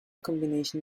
combination